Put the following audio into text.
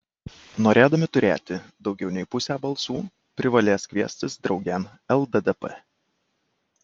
norėdami turėti daugiau nei pusę balsų privalės kviestis draugėn lddp